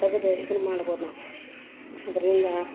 ತಗದು ಇದನ್ನ ಮಾಡ್ಬೋದು ನಾವು ಅದರಿಂದ